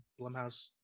Blumhouse